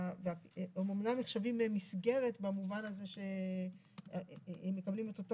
והם אמנם נחשבים במסגרת במובן הזה שהם מקבלים את אותו